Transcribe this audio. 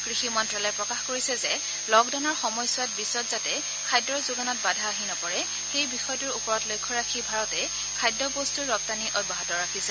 কৃষি মন্ত্যালয়ে প্ৰকাশ কৰিছে যে লকডাউনৰ সময়চোৱাত বিশ্বত যাতে খাদ্যৰ যোগানত বাধা আহি নপৰে সেই বিষয়টোৰ ওপৰত লক্ষ্য ৰাখি ভাৰতে খাদ্য বস্তৰ ৰপ্তানি অব্যাহত ৰাখিছে